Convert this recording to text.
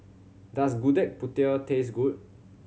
does Gudeg Putih taste good